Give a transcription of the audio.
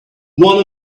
one